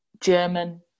German